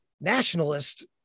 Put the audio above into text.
nationalist